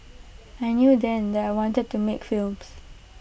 I knew then that I wanted to make films